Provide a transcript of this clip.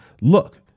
Look